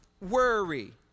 worry